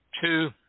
two